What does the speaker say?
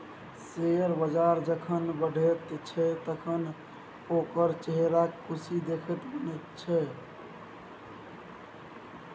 share बजार जखन बढ़ैत छै तखन ओकर चेहराक खुशी देखिते बनैत छै